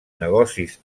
negocis